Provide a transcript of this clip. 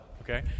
okay